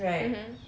mmhmm